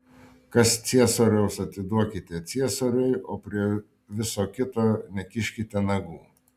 kas ciesoriaus atiduokite ciesoriui o prie viso kito nekiškite nagų